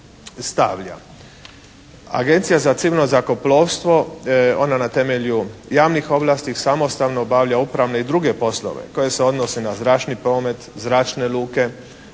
Agencija za civilno zrakoplovstvo, ona na temelju javnih ovlasti samostalno obavlja upravne i druge poslove koji se odnose na zračni promet, zračne luke,